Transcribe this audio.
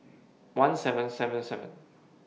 one seven seven seven